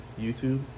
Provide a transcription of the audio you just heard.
YouTube